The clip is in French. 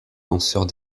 penseurs